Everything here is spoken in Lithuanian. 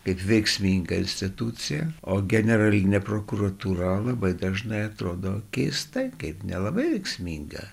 kaip veiksminga institucija o generalinė prokuratūra labai dažnai atrodo keistai kaip nelabai veiksminga